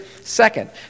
Second